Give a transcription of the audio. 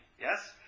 Yes